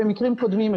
במקרים קודמים,